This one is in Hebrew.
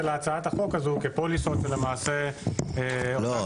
להצעת החוק הזו כפוליסות שלמעשה --- לא,